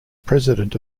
president